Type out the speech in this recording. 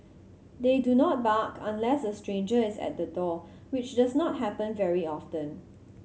they do not bark unless a stranger is at the door which does not happen very often